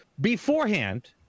beforehand